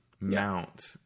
Mount